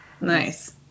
Nice